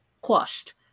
Quashed